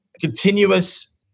continuous